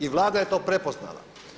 I Vlada je to prepoznala.